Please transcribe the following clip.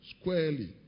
squarely